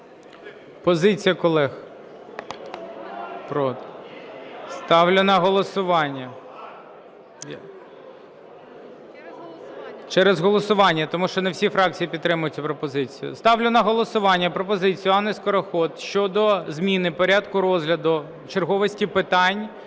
Позиція колег? Проти. Ставлю на голосування… (Шум у залі) Через голосування, тому що не всі фракції підтримують цю пропозицію. Ставлю на голосування пропозицію Анни Скороход щодо зміни порядку розгляду черговості питань